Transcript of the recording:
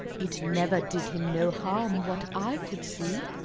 it never did him no harm what i could see.